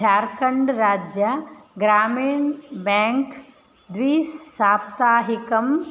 झार्खण्डराज्य ग्रामिण ब्याङ्क् द्विसाप्ताहिकम्